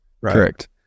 Correct